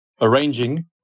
arranging